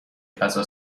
غذا